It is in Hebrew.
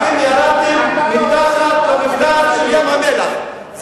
אתם ירדתם מתחת למפלס של ים-המלח.